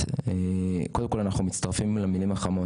קודם כל אנחנו מצטרפים למילים החמות,